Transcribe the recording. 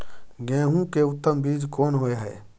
गेहूं के उत्तम बीज कोन होय है?